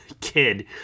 kid